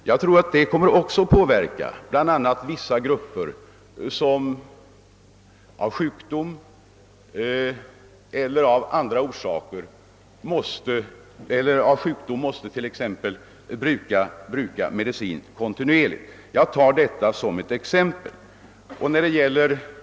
Jag tror att detta kommer att betyda en hel del, bl.a. då det gäller vissa grupper som på grund av sjukdom måste använda medicin kontinuerligt. Jag tar detta som ett exempel.